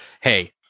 hey